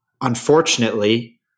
unfortunately